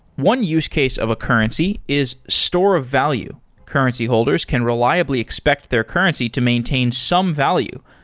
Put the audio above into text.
one use case of a currency is store of value currency holders can reliably expect their currency to maintain some value,